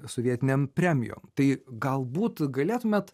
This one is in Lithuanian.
sovietinėm premijom tai galbūt galėtumėt